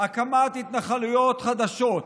הקמת התנחלויות חדשות,